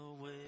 away